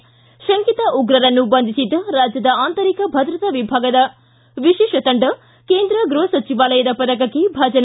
ಿ ಶಂಕಿತ ಉಗ್ರರನ್ನು ಬಂಧಿಸಿದ್ದ ರಾಜ್ಯದ ಆಂತರಿಕ ಭದ್ರತಾ ವಿಭಾಗದ ವಿಶೇಷ ತಂಡ ಕೇಂದ್ರ ಗೃಪ ಸಚಿವಾಲಯದ ಪದಕಕ್ಕೆ ಭಾಜನ